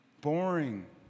boring